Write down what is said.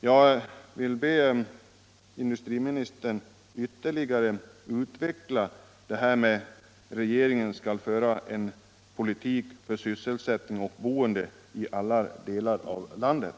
Jag vill be industriministern att ytterligare utveckla detta att regeringen ”skall föra en politik för sysselsättning och boende i alla delar av landet”.